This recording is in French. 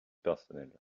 personnelle